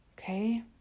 Okay